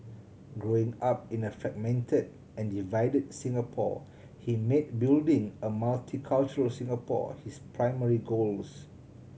growing up in a fragmented and divided Singapore he made building a multicultural Singapore his primary goals